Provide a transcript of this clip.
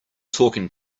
talking